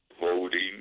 voting